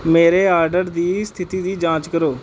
ਮੇਰੇ ਆਰਡਰ ਦੀ ਸਥਿਤੀ ਦੀ ਜਾਂਚ ਕਰੋ